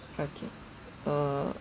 okay uh